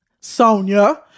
Sonia